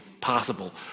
possible